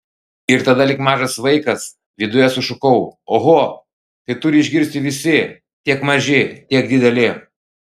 ir tada lyg mažas vaikas viduje sušukau oho tai turi išgirsti visi tiek maži tiek dideli